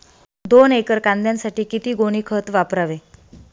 दोन एकर कांद्यासाठी किती गोणी खत वापरावे?